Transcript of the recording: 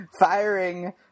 Firing